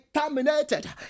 terminated